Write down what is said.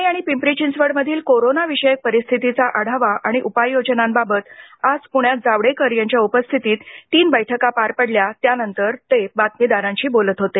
पुणे आणि पिंपरी चिंचवडमधील कोरोनाविषयक परिस्थितीचा आढावा आणि उपाययोजनांबाबत आज प्ण्यात जावडेकर यांच्या उपस्थितीत तीन बैठका पार पडल्या त्यानंतर ते बातमीदारांशी बोलत होते